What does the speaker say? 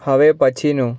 હવે પછીનું